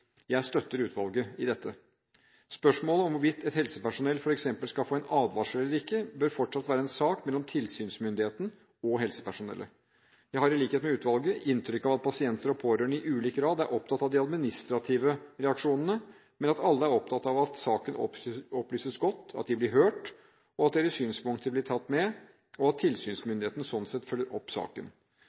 Jeg støtter utvalget i dette. Spørsmålet om hvorvidt et helsepersonell f.eks. skal få en advarsel eller ikke, bør fortsatt være en sak mellom tilsynsmyndigheten og helsepersonellet. Jeg har – i likhet med utvalget – inntrykk av at pasienter og pårørende i ulik grad er opptatt av de administrative reaksjonene, men at alle er opptatt av at saken opplyses godt, at de blir hørt, at deres synspunkter blir tatt med, og at tilsynsmyndigheten sånn sett følger opp saken.